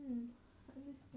mm understand